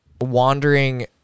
wandering